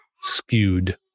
skewed